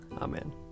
Amen